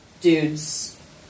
dudes